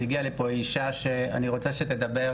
היא הגיעה לפה, היא אישה שאני רוצה שתדבר,